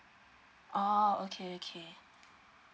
orh okay okay